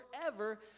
forever